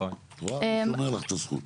אני שומר לך את הזכות.